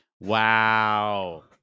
Wow